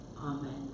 Amen